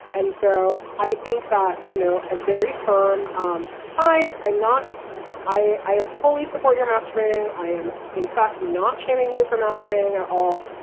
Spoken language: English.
and so i think that, you know, a very firm. um hi. i'm not i i have fully support your masturbating. i am, in fact not shaming you for masturbating at all.